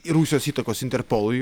ir rusijos įtakos interpolui